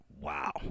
wow